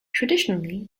traditionally